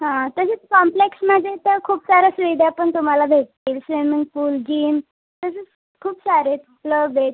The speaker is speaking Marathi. हा तसंच कॉम्प्लेक्समध्ये तर खूप साऱ्या सुविधा पण तुम्हाला भेटतील स्विमिंग पूल जिम तसंच खूप सारे क्लब आहेत